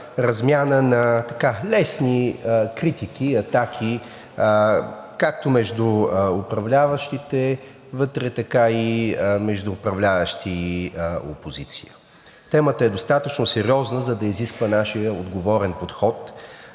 на лесни критики и атаки както между управляващите вътре, така и между управляващи и опозиция. Темата е достатъчно сериозна, за да изисква нашия отговорен подход